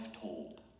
told